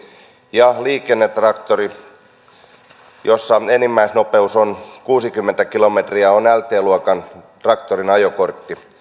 ja liikennetraktorin ajokortti jossa enimmäisnopeus on kuusikymmentä kilometriä on lt luokan traktorin ajokortti